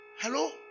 Hello